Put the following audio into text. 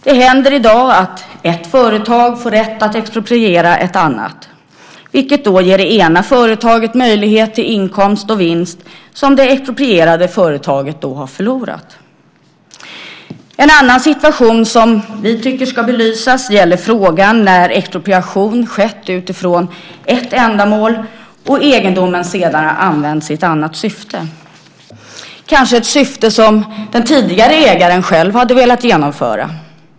Det händer i dag att ett företag får rätt att expropriera ett annat, vilket då ger det ena företaget möjlighet till inkomst och vinst som det exproprierade företaget har förlorat. En annan situation som vi tycker ska belysas gäller frågan när expropriationen skett utifrån ett ändamål och egendomen senare används i annat syfte; kanske ett syfte som den tidigare ägaren själv hade velat genomföra.